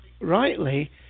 rightly